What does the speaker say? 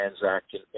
transaction